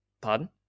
Pardon